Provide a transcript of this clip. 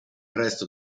resto